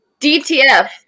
DTF